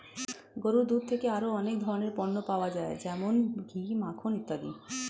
গরুর দুধ থেকে আরো অনেক ধরনের পণ্য পাওয়া যায় যেমন ঘি, মাখন ইত্যাদি